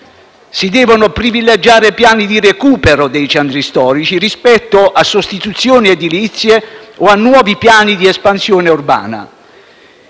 Si devono privilegiare piani di recupero dei centri storici rispetto a sostituzioni edilizie o a nuovi piani di espansione urbana.